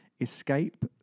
Escape